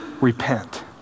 repent